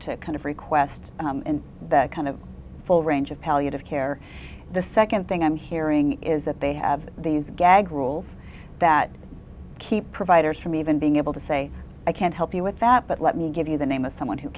to kind of request that kind of full range of palliative care the second thing i'm hearing is that they have these gag rules that keep providers from even being able to say i can't help you with that but let me give you the name of someone who